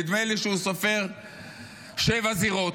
נדמה לי שהוא סופר שבע זירות.